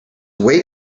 wait